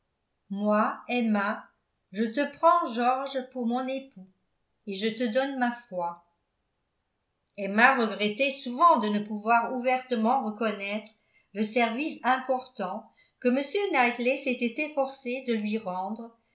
moi emma je te prends georges pour mon époux et je te donne ma foi emma regrettait souvent de ne pouvoir ouvertement reconnaître le service important que m knightley s'était efforcé de lui rendre